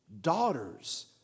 daughters